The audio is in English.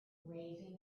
raising